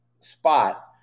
spot